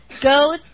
Go